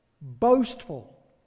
boastful